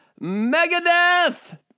Megadeth